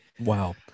Wow